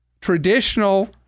traditional